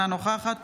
אינה נוכחת